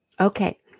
okay